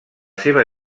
seva